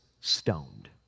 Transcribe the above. stoned